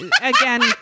again